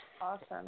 Awesome